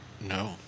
No